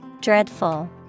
Dreadful